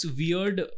weird